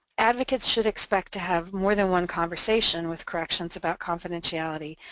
advocates should expect to have more than one conversation with corrections about confidentiality,